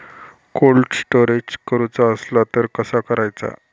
Cold storage करूचा असला तर कसा करायचा?